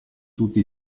tutti